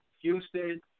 Houston